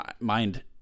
mind